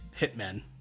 hitmen